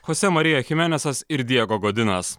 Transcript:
chosė marija chimenesas ir diego godinas